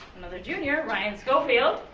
another junior, ryan scofield.